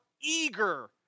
eager